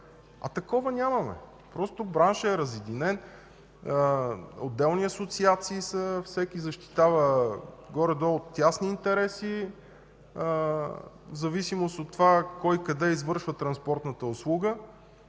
а такова нямаме. Браншът е разединен – отделни асоциации са, всеки защитава горе-долу тесни интереси в зависимост от това кой къде извършва транспортната услуга